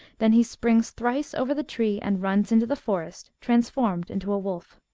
then he springs thrice over the tree and runs into the forest, transformed into a wolf.